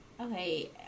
Okay